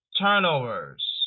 turnovers